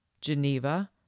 Geneva